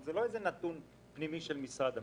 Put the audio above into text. זה לא איזה נתון פנימי של משרד הפנים.